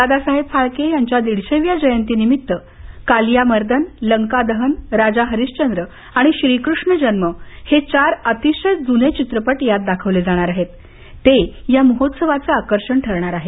दादासाहेब फाळके यांच्या दीडशेव्या जयंतीनिमित्त कालियामर्दन लंकादहन राजा हरीशंद्र आणि श्रीकृष्ण जन्म हे चार अतिशय जूने चित्रपट दाखवले जाणार असून ते या महोत्सवाचे आकर्षण आहे